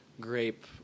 grape